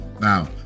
Now